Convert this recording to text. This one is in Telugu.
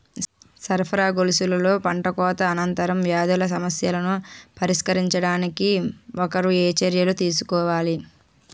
సరఫరా గొలుసులో పంటకోత అనంతర వ్యాధుల సమస్యలను పరిష్కరించడానికి ఒకరు ఏ చర్యలు తీసుకోవాలి?